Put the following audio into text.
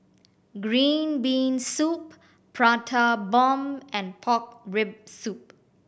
green bean soup Prata Bomb and pork rib soup